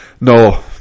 no